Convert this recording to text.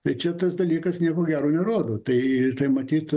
tai čia tas dalykas nieko gero nerodo tai matyt